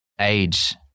age